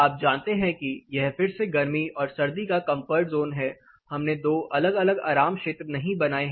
आप जानते हैं कि यह फिर से गर्मी और सर्दी का कंफर्ट जोन है हमने दो अलग अलग आराम क्षेत्र नहीं बनाए हैं